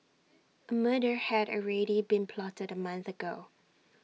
A murder had already been plotted A month ago